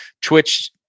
Twitch